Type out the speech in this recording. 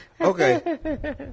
Okay